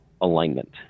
alignment